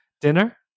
dinner